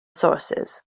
sources